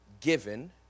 given